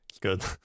good